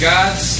God's